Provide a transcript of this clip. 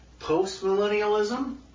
postmillennialism